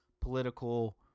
political